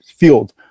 field